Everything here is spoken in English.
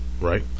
Right